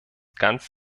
ganz